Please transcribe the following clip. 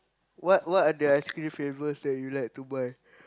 what what are the ice cream flavours that you like to buy